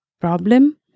problem